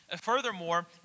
Furthermore